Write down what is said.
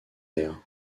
aires